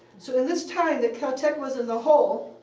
so in this time that caltech was in the hole,